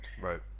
Right